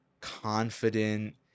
confident